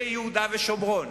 ביהודה ושומרון,